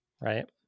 right